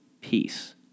peace